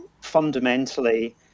fundamentally